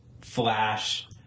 flash